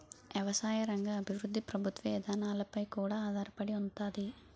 ఎవసాయ రంగ అభివృద్ధి ప్రభుత్వ ఇదానాలపై కూడా ఆధారపడి ఉంతాది